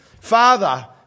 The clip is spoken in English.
Father